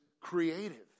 creative